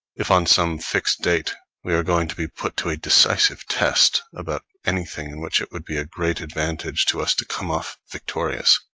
if on some fixed date we are going to be put to a decisive test about anything in which it would be a great advantage to us to come off victorious,